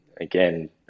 again